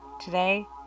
today